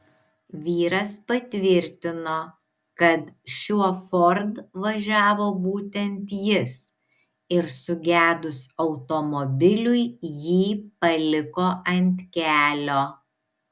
vyras patvirtino kad šiuo ford važiavo būtent jis ir sugedus automobiliui jį paliko ant kelio